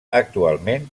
actualment